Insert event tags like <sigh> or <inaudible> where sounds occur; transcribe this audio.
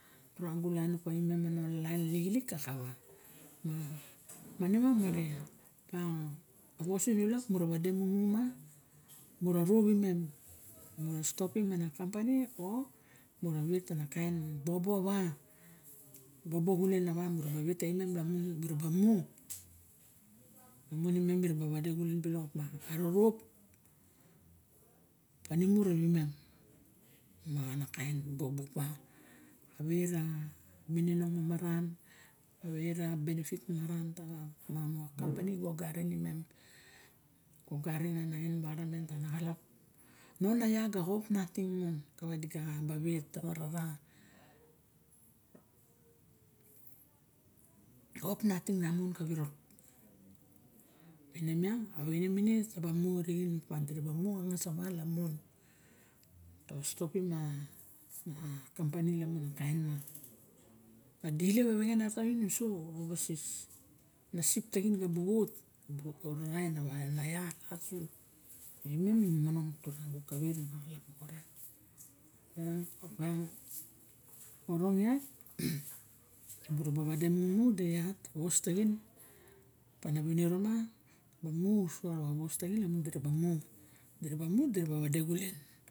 Turangu lain opa imem ana laik lixilik ka kava ma manima mare op miang, avos moxa sulap mu ra vade mumu ma mu ra ru rimem, mura stopim ana kampani o mura vet ana kain bobo moxa va. Bobo xulen moxa va, mura ba vet tavimem lamun mi ra ba mu lamun imem me ra ba vade xulen bilok op ma arurup kanimu ra vimem, ma ana kain bobo opa kave ra mininong mamaran, kave ra benifit mamaran tava. Moxa ma kampani ba oxarin imem oxarin ana en banana, tava xalap no na ia xa xop nating mon kava di ga kaba vet ta vara va xop nating mon ka virok ma ine miang a vaine mine taba mu rixen opa di ra ba mu angas ava lamun taba stopim a naxa kampani lamun a kain ma. Ma di elep a vexe navat taxin uso overseas na sip taxin bu ot, di bu oxa anaia solamo xa sip. Ma imem mi momonong turagu kave ra xalap moxa ren. Op miang orong iak <noise> mu ra va vade mumu de iat avos taxin ma na viniro ma taba mu uso rawa vos taxin lamun di ra ba mu, di ra ba mu, di ra ba vade xulen.